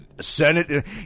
Senate